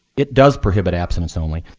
it does prohibit abstinence only.